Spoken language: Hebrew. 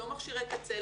לא מכשירי קצה,